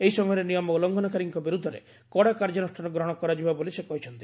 ଏହି ସମୟରେ ନିୟମ ଉଲ୍କୃଘନକାରୀଙ୍କ ବିରୁଦ୍ଧରେ କଡା କାର୍ଯ୍ୟାନୁଷ୍ଠାନ ଗ୍ରହଶ କରାଯିବ ବୋଲି ସେ କହିଛନ୍ତି